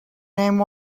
name